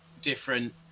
different